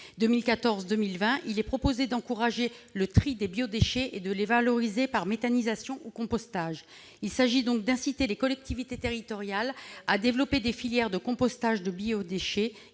2014-2020, nous proposons d'encourager le tri des biodéchets et de les valoriser par méthanisation ou compostage. Il s'agit d'inciter les collectivités territoriales à développer des filières de compostage de biodéchets,